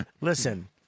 Listen